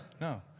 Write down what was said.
no